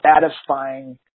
satisfying